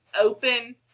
open